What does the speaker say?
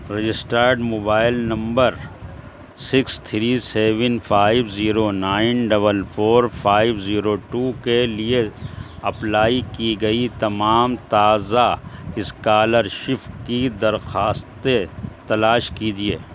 registered mobile number six three seven five zero nine double four five zero two کے لیے apply کی گئی تمام تازہ اسکالر شف کی درخواستیں تلاش کیجیے